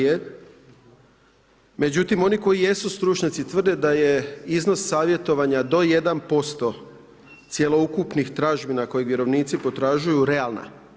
Međutim, oni koji jesu stručnjaci tvrde da je iznos savjetovanja do 1% cjeloukupnih tražbina koje vjerovnici potražuju realna.